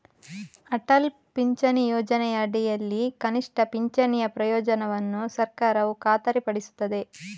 ಅಟಲ್ ಪಿಂಚಣಿ ಯೋಜನೆಯ ಅಡಿಯಲ್ಲಿ ಕನಿಷ್ಠ ಪಿಂಚಣಿಯ ಪ್ರಯೋಜನವನ್ನು ಸರ್ಕಾರವು ಖಾತರಿಪಡಿಸುತ್ತದೆ